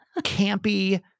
campy